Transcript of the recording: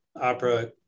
opera